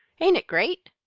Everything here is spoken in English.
ain't it great?